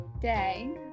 day